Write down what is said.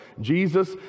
Jesus